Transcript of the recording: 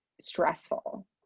stressful